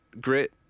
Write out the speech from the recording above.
grit